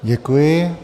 Děkuji.